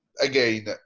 Again